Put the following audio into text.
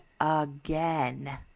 again